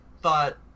thought